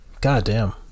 Goddamn